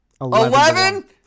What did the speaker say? Eleven